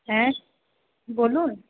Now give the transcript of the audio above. হ্যাঁ বলুন